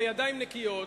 בידיים נקיות,